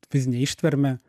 fizinę ištvermę